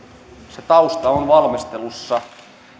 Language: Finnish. se tausta on valmistelussa